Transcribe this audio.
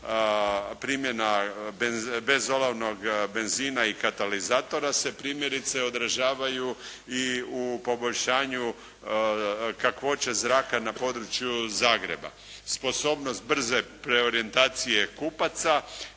primjena bezolovnog benzina i katalizatora se primjerice odražavaju i u poboljšanju kakvoće zraka na području Zagreba. Sposobnost brze preorijentacije kupaca